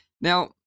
Now